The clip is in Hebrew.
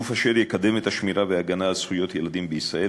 גוף אשר יקדם את השמירה וההגנה על זכויות ילדים בישראל